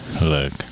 look